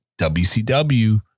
WCW